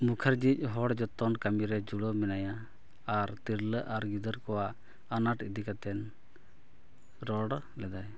ᱢᱩᱠᱷᱟᱨᱡᱤ ᱦᱚᱲ ᱡᱚᱛᱚᱱ ᱠᱟᱹᱢᱤᱨᱮ ᱡᱚᱲᱟᱣ ᱢᱮᱱᱟᱭᱟ ᱟᱨ ᱛᱤᱨᱞᱟᱹ ᱟᱨ ᱜᱤᱫᱟᱹᱨ ᱠᱚᱣᱟᱜ ᱟᱱᱟᱴ ᱤᱫᱤ ᱠᱟᱛᱮᱭ ᱨᱚᱲ ᱞᱮᱫᱟ